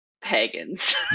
pagans